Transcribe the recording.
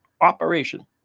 operation